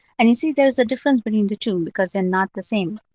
and you see there is a difference between the two because they're not the same.